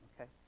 okay